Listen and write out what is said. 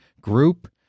group